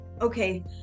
Okay